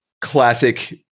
classic